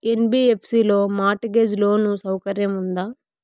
NBFC లో mortgage loan సౌకర్యం ఉందా?